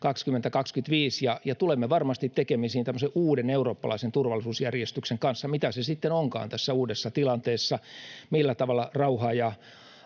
2025, ja tulemme varmasti tekemisiin tämmöisen uuden eurooppalaisen turvallisuusjärjestyksen kanssa, mitä se sitten onkaan tässä uudessa tilanteessa, millä tavalla rauhaa ja